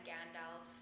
Gandalf